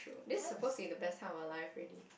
this suppose to be the best kind of life already